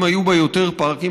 אם היו בה יותר פארקים,